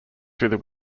through